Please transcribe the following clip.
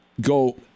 go